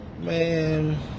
man